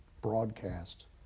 broadcast